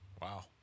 Wow